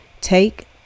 Take